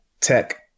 Tech